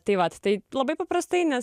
tai vat tai labai paprastai nes